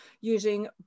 using